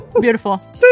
Beautiful